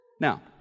Now